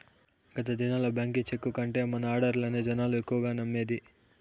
గత దినాల్ల బాంకీ చెక్కు కంటే మన ఆడ్డర్లనే జనాలు ఎక్కువగా నమ్మేది